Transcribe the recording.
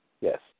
Yes